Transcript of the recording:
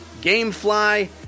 Gamefly